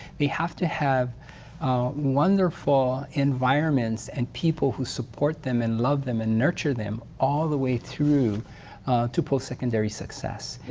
they have to have wonderful environments and people who support them and love them and nurture them all the way through to post-secondary success.